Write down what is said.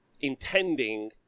Intending